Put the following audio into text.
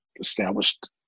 established